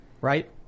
right